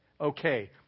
Okay